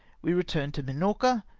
we returned to liinorca,